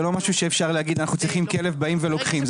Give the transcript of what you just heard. זה לא משהו שאפשר להגיד אנחנו צריכים כלב ובאים ולוקחים,